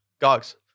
Gogs